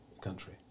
country